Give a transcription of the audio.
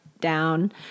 down